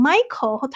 Michael